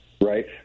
right